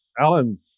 Alan